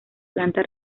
planta